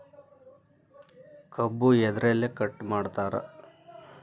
ಕಬ್ಬು ಎದ್ರಲೆ ಕಟಾವು ಮಾಡ್ತಾರ್?